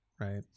right